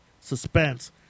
Suspense